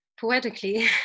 poetically